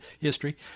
history